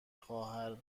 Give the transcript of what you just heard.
خواهر